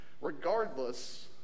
Regardless